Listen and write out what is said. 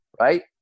right